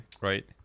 right